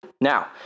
Now